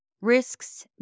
risks